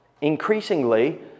increasingly